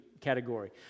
category